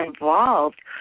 involved